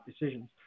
decisions